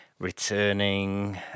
returning